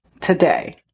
today